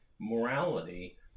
morality